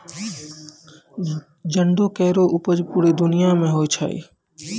जंडो केरो उपज पूरे दुनिया म होय छै